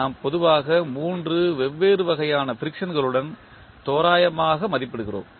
நாம் பொதுவாக 3 வெவ்வேறு வகையான ஃபிரிக்சன்களுடன் தோராயமாக மதிப்பிடுகிறோம்